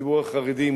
הציבור החרדי,